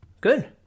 Good